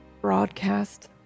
broadcast